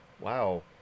Wow